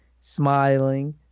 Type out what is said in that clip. smiling